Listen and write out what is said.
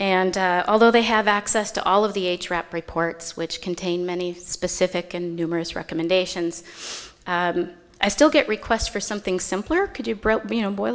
and although they have access to all of the a trap reports which contain many specific and numerous recommendations i still get requests for something simpler could you broke you know boil